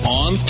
on